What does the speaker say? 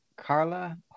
Carla